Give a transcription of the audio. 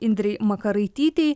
indrei makaraitytei